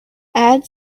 add